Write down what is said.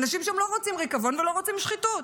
ואנשים שם לא רוצים ריקבון ולא רוצים שחיתות.